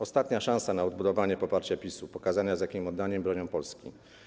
Ostatnia szansa na odbudowanie poparcia PiS-u, pokazanie, z jakim oddaniem bronią Polski.